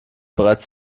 bereits